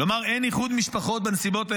לומר שאין איחוד משפחות בנסיבות האלו,